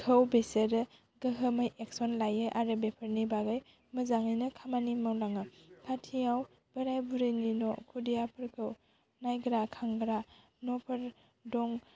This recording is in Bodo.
खौ बेसोरो गोहोमै एक्सन लायो आरो बेफोरनि बागै मोजाङैनो खामानि मावलाङो खाथियाव बोराय बुरैनि न' खुदियाफोरखौ नायग्रा खांग्रा न'फोर दं